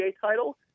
title